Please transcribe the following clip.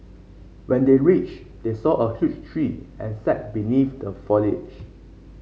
when they reached they saw a huge tree and sat beneath the foliage